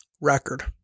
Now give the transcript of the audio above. Record